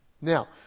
Now